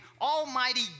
Almighty